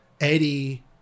Eddie